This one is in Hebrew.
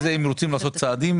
אני רק רוצה שהם יגידו את זה.